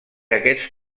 aquests